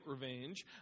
revenge